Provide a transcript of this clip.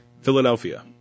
Philadelphia